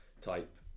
type